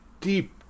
deep